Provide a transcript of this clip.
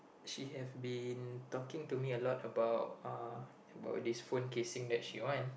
she have been talking to me a lot about uh about this phone casing that she want